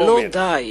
אבל לא די